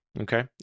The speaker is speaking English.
Okay